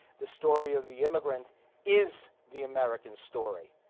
the story of the immigrant is the american story.